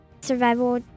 survival